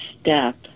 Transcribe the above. step